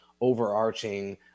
overarching